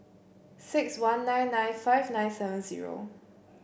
six one nine nine five nine seven zero